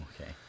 Okay